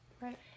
Right